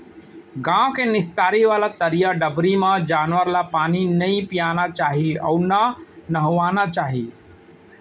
गॉँव के निस्तारी वाला तरिया डबरी म जानवर ल पानी नइ पियाना चाही अउ न नहवाना चाही